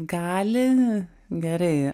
gali gerai